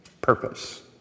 purpose